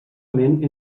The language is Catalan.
ment